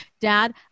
dad